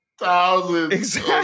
thousands